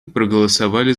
проголосовали